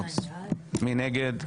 2. מי נגד?